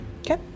Okay